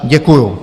Děkuju.